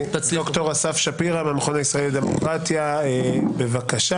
ד"ר אסף שפירא מהמכון הישראלי לדמוקרטיה, בבקשה.